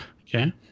Okay